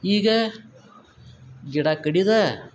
ಈಗ ಗಿಡ ಕಡಿದು